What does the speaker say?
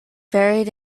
buried